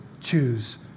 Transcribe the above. choose